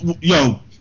yo